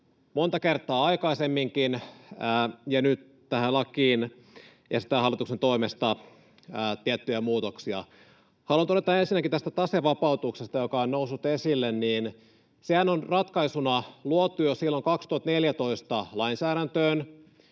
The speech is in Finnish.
monta kertaa aikaisemminkin, ja nyt tähän lakiin esitetään hallituksen toimesta tiettyjä muutoksia. Haluan todeta ensinnäkin tästä tasevapautuksesta, joka on noussut esille, että sehän on ratkaisuna luotu lainsäädäntöön